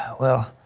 well,